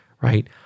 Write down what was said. right